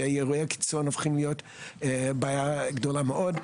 שעיירות הקיצון הופכות להיות בעיה גדולה מאוד.